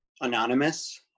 anonymous